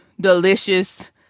delicious